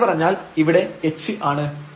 കൃത്യമായി പറഞ്ഞാൽ ഇവിടെ h ആണ്